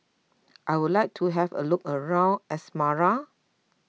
I would like to have a look around Asmara